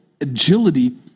agility